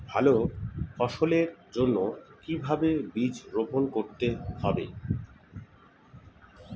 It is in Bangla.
ভালো ফসলের জন্য কিভাবে বীজ বপন করতে হবে?